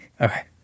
Okay